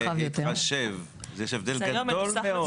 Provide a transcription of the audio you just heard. שהמשרד מבקש בעצם במסגרת הזאת,